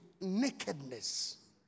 nakedness